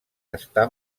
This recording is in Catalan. està